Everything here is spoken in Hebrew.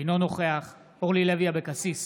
אינו נוכח אורלי לוי אבקסיס,